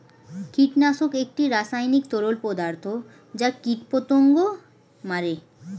কীটনাশক একটি রাসায়নিক তরল পদার্থ যা কীটপতঙ্গ মারে